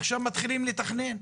עכשיו מתחילים לתכנן.